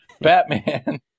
Batman